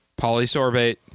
Polysorbate